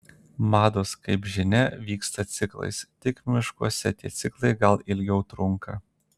mados kaip žinia vyksta ciklais tik miškuose tie ciklai gal ilgiau trunka